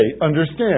understand